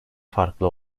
farklı